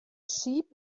sheep